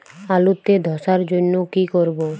আলুতে ধসার জন্য কি করব?